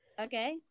Okay